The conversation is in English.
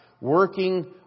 working